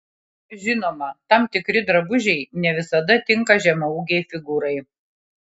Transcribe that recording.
žinoma tam tikri drabužiai ne visada tinka žemaūgei figūrai